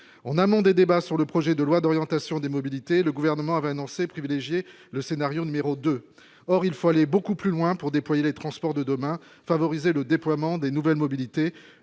en amont des débats sur le projet de loi d'orientation des mobilités, le gouvernement avait annoncé privilégier le scénario numéro 2, or il faut aller beaucoup plus loin pour déployer les transports de demain : favoriser le déploiement des nouvelles mobilités